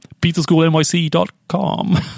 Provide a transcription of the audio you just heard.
pizzaschoolnyc.com